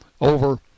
over